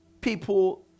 people